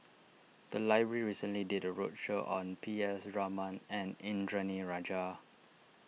the library recently did a roadshow on P S Raman and Indranee Rajah